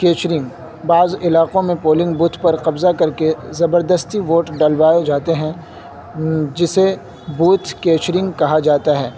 capturing بعض علاقوں میں پولنگ بوتھ پر قبضہ کر کے زبردستی ووٹ ڈلوائے جاتے ہیں جسے بوتھ کیچرنگ کہا جاتا ہے